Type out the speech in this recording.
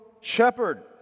shepherd